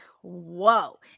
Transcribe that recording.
whoa